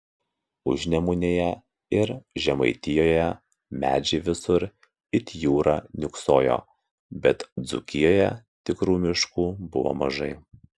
užnemunėje ir žemaitijoje medžiai visur it jūra niūksojo bet dzūkijoje tikrų miškų buvo mažai